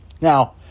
Now